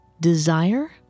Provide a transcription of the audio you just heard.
desire